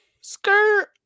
Skirt